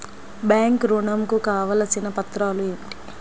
Bank ఋణం కు కావలసిన పత్రాలు ఏమిటి?